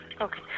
okay